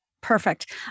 Perfect